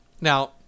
Now